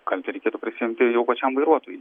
kaltę reikėtų prisiimti jau pačiam vairuotojui